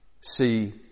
see